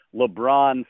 LeBron